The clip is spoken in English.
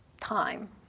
time